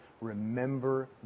remember